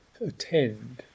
attend